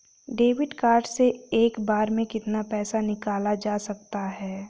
Debit card से एक बार में कितना पैसा निकाला जा सकता है?